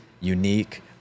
unique